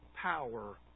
power